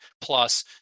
plus